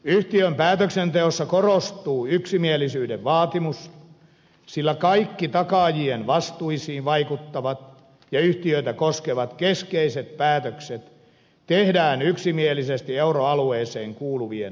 yhtiön päätöksenteossa korostuu yksimielisyyden vaatimus sillä kaikki takaajien vastuisiin vaikuttavat ja yhtiötä koskevat keskeiset päätökset tehdään yksimielisesti euroalueeseen kuuluvien valtioiden kesken